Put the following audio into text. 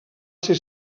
ser